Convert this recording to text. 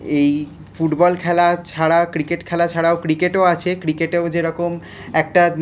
এই ফুটবল খেলা ছাড়া ক্রিকেট খেলা ছাড়াও ক্রিকেটও আছে ক্রিকেটেও যেরকম একটা